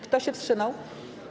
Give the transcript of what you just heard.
Kto się wstrzymał?